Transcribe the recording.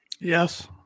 Yes